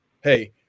Hey